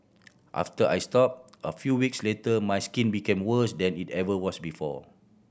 after I stopped a few weeks later my skin became worse than it ever was before